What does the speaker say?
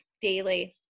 daily